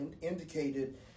indicated